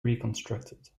reconstructed